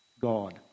God